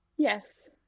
Yes